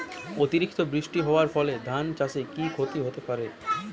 অতিরিক্ত বৃষ্টি হওয়ার ফলে ধান চাষে কি ক্ষতি হতে পারে?